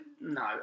No